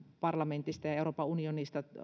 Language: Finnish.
parlamentista ja euroopan unionista